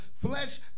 flesh